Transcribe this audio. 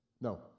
No